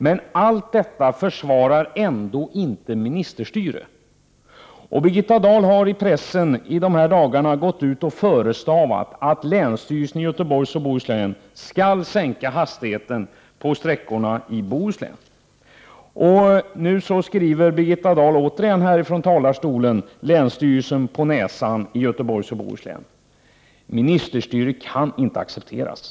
Men allt detta försvarar ändå inte ministerstyre. Birgitta Dahl har i dessa dagar i pressen gått ut och förestavat att länsstyrelsen i Göteborgs och Bohus län skall sänka hastigheten på sträckorna i Bohuslän. Nu skriver Birgitta Dahl återigen från talarstolen länsstyrelsen i Göteborgs och Bohus län detta på näsan. Ministerstyre kan inte accepteras.